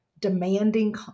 demanding